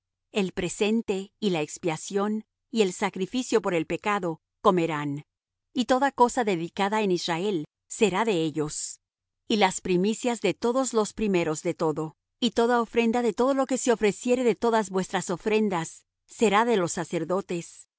el presente y la expiación y el sacrificio por el pecado comerán y toda cosa dedicada en israel será de ellos y las primicias de todos los primeros de todo y toda ofrenda de todo lo que se ofreciere de todas vuestras ofrendas será de los sacerdotes